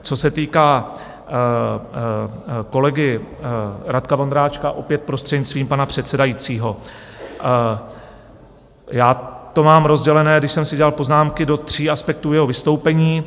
Co se týká kolegy Radka Vondráčka, opět prostřednictvím pana předsedajícího, já to mám rozdělené, když jsem si dělal poznámky, do tří aspektů jeho vystoupení.